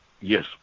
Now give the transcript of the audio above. yes